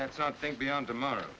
let's not think beyond tomorrow